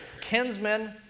kinsmen